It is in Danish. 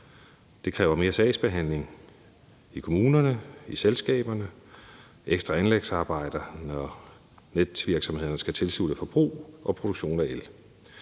det kræver mere sagsbehandling i kommunerne og i selskaberne og ekstra anlægsarbejder, når netvirksomhederne skal tilslutte produktion af el